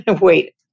wait